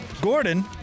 Gordon